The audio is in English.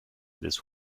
this